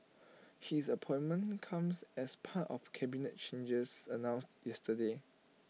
his appointment comes as part of cabinet changes announced yesterday